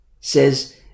says